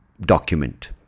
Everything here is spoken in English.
document